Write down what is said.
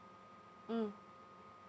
mm